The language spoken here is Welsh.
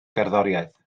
gerddoriaeth